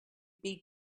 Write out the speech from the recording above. beat